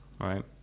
right